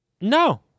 No